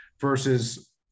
versus